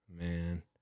man